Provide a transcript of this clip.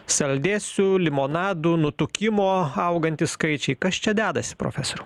saldėsių limonadų nutukimo augantys skaičiai kas čia dedasi profesoriau